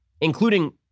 including